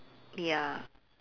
ya